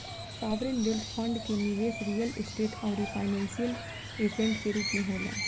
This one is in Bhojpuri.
सॉवरेन वेल्थ फंड के निबेस रियल स्टेट आउरी फाइनेंशियल ऐसेट के रूप में होला